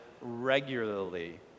regularly